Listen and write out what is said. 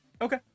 Okay